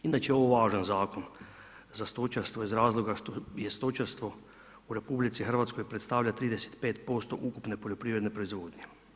Inače je ovo važan Zakon za stočarstvo iz razloga što je stočarstvo u RH predstavlja 35% ukupne poljoprivredne proizvodnje.